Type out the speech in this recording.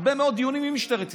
הרבה מאוד דיונים עם משטרת ישראל,